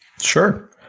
Sure